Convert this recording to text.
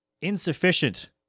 insufficient